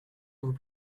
vous